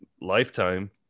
lifetime